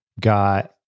got